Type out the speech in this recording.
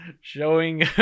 Showing